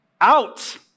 out